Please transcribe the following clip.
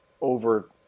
over